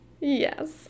Yes